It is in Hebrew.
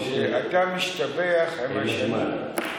שאתה משתבח עם השנים.